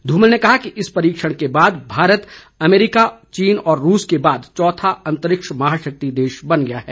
ध्रमल ने कहा कि इस परीक्षण के बाद भारत अमेरिका चीन और रूस के बाद चौथा अंतरिक्ष महाशक्ति देश बन गया है